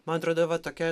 man atrodo va tokia